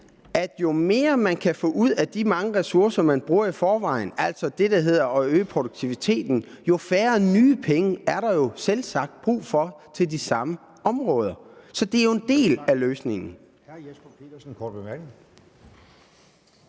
at jo mere man kan få ud af de mange ressourcer, man bruger i forvejen, altså det, der hedder at øge produktiviteten, jo færre nye penge er der jo selvsagt brug for til de samme områder. Så det er jo en del af løsningen.